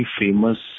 famous